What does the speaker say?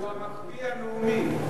הוא המקפיא הלאומי.